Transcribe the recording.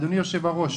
אדוני היושב-ראש,